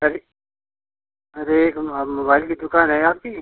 अरे अरे एक मोबाइल की दुकान है आपकी